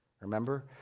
Remember